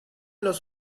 los